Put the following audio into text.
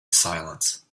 silence